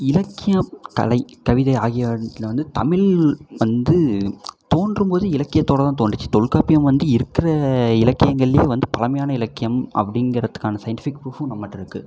இலக்கியம் கலை கவிதை ஆகியவற்றில்ல வந்து தமிழ் வந்து தோன்றும் போது இலக்கியத்தோடதான் தோன்றுச்சு தொல்காப்பியம் வந்து இருக்கிற இலக்கியங்கள்லயே வந்து பழமையான இலக்கியம் அப்படிங்குறத்துக்கான சயின்டிஃபிக் ப்ரூஃப்பும் நம்மகிட்ட இருக்கு